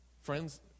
Friends